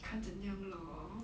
看怎样 lor